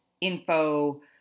info